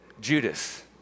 Judas